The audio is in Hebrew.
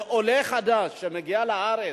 לעולה חדש שמגיע לארץ,